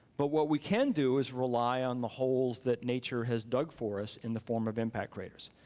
but what we can do is rely on the holes that nature has dug for us in the form of impact craters.